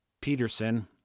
Peterson